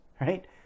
right